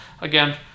again